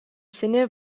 sinne